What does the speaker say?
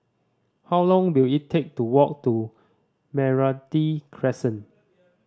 how long will it take to walk to Meranti Crescent